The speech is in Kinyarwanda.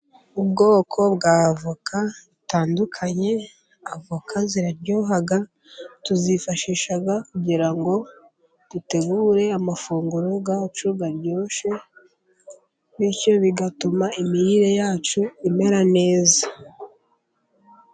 Ubwoko bwa avoka butandukanye, avoka ziraryoha, tuzifashisha kugira ngo dutegure amafunguro yacu aryoshye, bityo bigatuma imirire yacu imera neza.